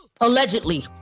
allegedly